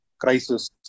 crisis